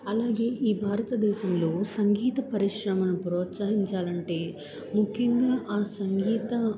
అలాగే ఈ భారతదేశంలో సంగీత పరిశ్రమను ప్రోత్సహించాలంటే ముఖ్యంగా ఆ సంగీత